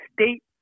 state